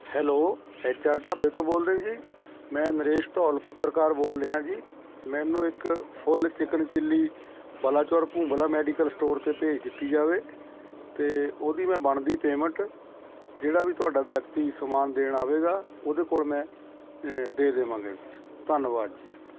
hello H R ਢਾਬੇ ਤੋਂ ਬੋਲਦੇ ਜੀ ਮੈਂ ਨਰੇਸ਼ ਧੌਲ ਪੱਤਰਕਾਰ ਬੋਲ ਰਿਹਾਂ ਜੀ ਮੈਨੂੰ ਇੱਕ full chicken chilli Balachaur Bhumla medical store 'ਤੇ ਭੇਜ ਦਿੱਤੀ ਜਾਵੇ ਅਤੇ ਉਹਦੀ ਮੈਂ ਬਣਦੀ ਪੇਮੈਂਟ ਜਿਹੜਾ ਵੀ ਤੁਹਾਡਾ ਵਿਅਕਤੀ ਸਮਾਨ ਦੇਣ ਆਵੇਗਾ ਉਹਦੇ ਕੋਲ ਮੈਂ ਦੇ ਦੇਵਾਂਗਾ ਧੰਨਵਾਦ ਜੀ